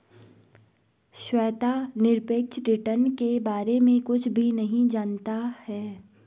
श्वेता निरपेक्ष रिटर्न के बारे में कुछ भी नहीं जनता है